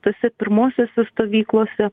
tose pirmosiose stovyklose